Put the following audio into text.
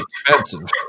expensive